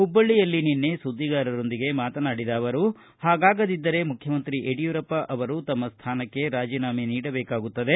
ಹುಬ್ಬಳ್ಳಯಲ್ಲಿ ನಿನ್ನೆ ಸುದ್ವಿಗಾರರೊಂದಿಗೆ ಮಾತನಾಡಿದ ಅವರು ಹಾಗಾಗದಿದ್ದರೆ ಮುಖ್ಜಮಂತ್ರಿ ಯಡಿಯೂರಪ್ಪ ಅವರು ತಮ್ಮ ಸ್ಥಾನಕ್ಕೆ ರಾಜೀನಾಮೆ ನೀಡಬೇಕಾಗುತ್ತದೆ